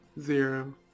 Zero